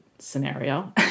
scenario